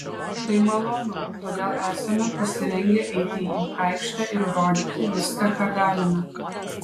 tai malonu todėl esame pasirengę eiti į aikštę ir rodyti viską ką galime